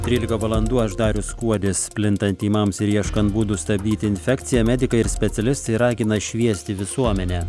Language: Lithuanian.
trylika valandų aš darius kuodis plintant tymams ir ieškant būdų stabdyti infekciją medikai ir specialistai ragina šviesti visuomenę